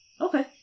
Okay